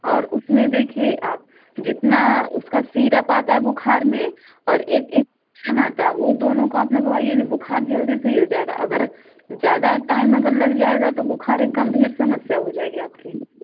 और उसमें देखिए आप जितना उसका सिरप आता है बुखार में और एक इन्जेक्शन आता है वो दोनो को आप लगवाइए जो बुखार जल्दी सही हो जाएगा अगर ज्यादा टाइम अगर लग जाएगा तो बुखार एक गंभीर समस्या हो जाएगी आपकी